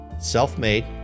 self-made